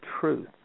truth